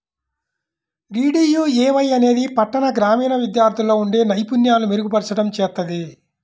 DDUAY అనేది పట్టణ, గ్రామీణ విద్యార్థుల్లో ఉండే నైపుణ్యాలను మెరుగుపర్చడం చేత్తది